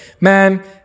man